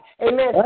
amen